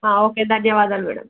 okay ధన్యవాదాలు madam